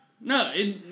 no